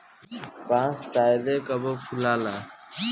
बांस शायदे कबो फुलाला